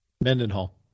Mendenhall